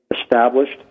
established